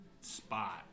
spot